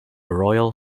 royal